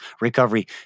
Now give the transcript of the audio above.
recovery